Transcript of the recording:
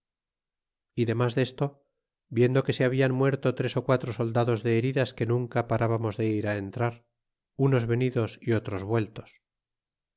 y demas desto viendo que se habian muerto tres ó quatro soldados de heridas clne nunca parábamos de ir entrar unos venidos y otros vueltos